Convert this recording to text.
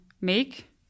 make